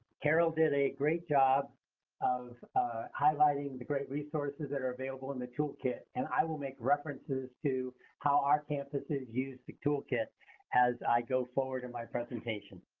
carol did a great job of highlighting the great resources that are available in the toolkit. and i will make references to how our campuses use the toolkit as i go forward in my presentation.